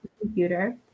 computer